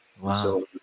Wow